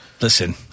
Listen